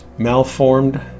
malformed